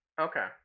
okay